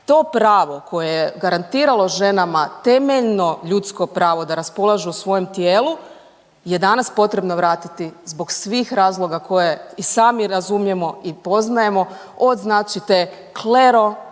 To pravo koje je garantiralo ženama temeljno ljudsko pravo da raspolažu u svojem tijelu je danas potrebno vratiti zbog svih razloga koje i sami razumijemo i poznajemo od znači te